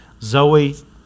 Zoe